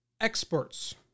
experts